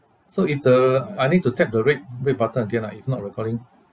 so if the I need to tap the red red button again ah if not recording